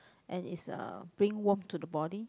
and it's uh bring warmth to the body